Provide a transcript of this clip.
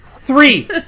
Three